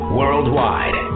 worldwide